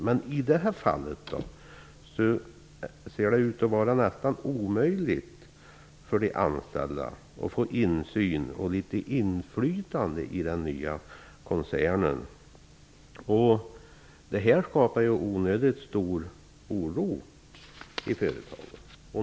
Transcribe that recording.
Men i det här fallet ser det ut att vara nästan omöjligt för de anställda att få insyn och litet inflytande i den nya koncer nen. Detta skapar onödigt stor oro.